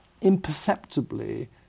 imperceptibly